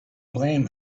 blame